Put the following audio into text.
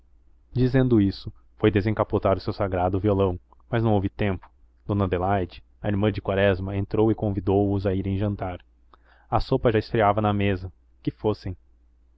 dizendo isto foi desencapotar o seu sagrado violão mas não houve tempo dona adelaide a irmã de quaresma entrou e convidou os a irem jantar a sopa já esfriava na mesa que fossem